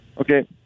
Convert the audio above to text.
Okay